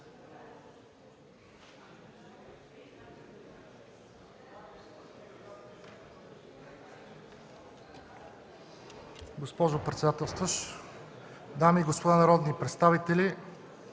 госпожо председател, уважаеми дами и господа народни представители,